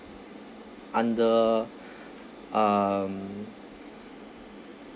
under um